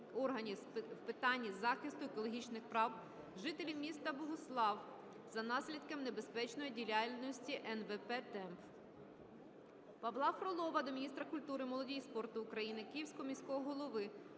органів в питанні захисту екологічних прав жителів міста Богуслав за наслідками небезпечної діяльності НВП "Темп". Павла Фролова до міністра культури, молоді та спорту України, Київського міського голови